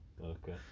okay